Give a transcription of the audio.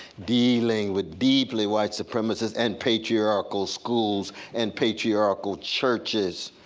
dealing with deeply white supremacy and patriarchal schools and patriarchal churches.